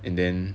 and then